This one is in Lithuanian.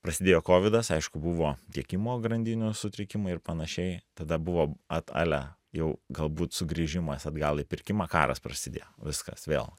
prasidėjo kovidas aišku buvo tiekimo grandinių sutrikimai ir panašiai tada buvo at ale jau galbūt sugrįžimas atgal į pirkimą karas prasidėjo viskas vėl